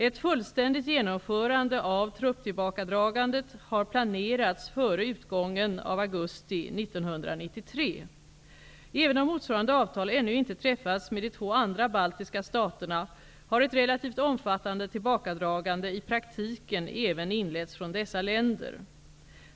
Ett fullständigt genomförande av trupptillbakadragandet har planerats före utgången av augusti 1993. Även om motsvarande avtal ännu inte träffats med de två andra baltiska staterna har ett relativt omfattande tillbakadragande i praktiken även inletts från dessa länder.